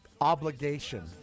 obligation